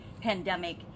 pandemic